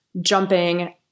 jumping